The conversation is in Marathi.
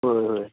होय होय